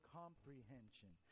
comprehension